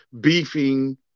beefing